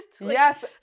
Yes